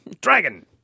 Dragon